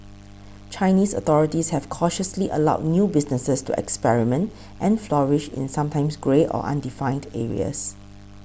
Chinese authorities have cautiously allowed new businesses to experiment and flourish in sometimes grey or undefined areas